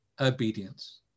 obedience